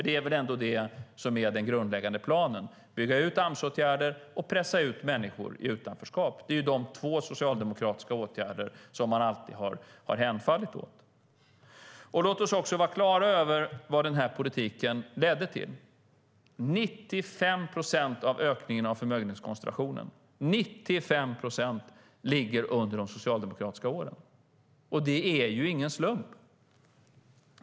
Det är väl ändå det som är den grundläggande planen, alltså att bygga ut Amsåtgärder och pressa ut människor i utanförskap? Det är de två socialdemokratiska åtgärder som man alltid har hänfallit åt. Låt oss också vara klara över vad denna politik ledde till. 95 procent av ökningen av förmögenhetskoncentrationen skedde under de socialdemokratiska åren. Det är ingen slump.